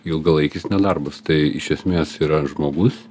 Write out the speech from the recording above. ilgalaikis nedarbas tai iš esmės yra žmogus